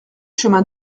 chemin